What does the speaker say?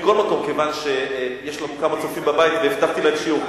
כיוון שיש לנו כמה צופים בבית והבטחתי להם שיעור,